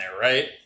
right